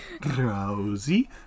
Drowsy